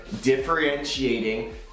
differentiating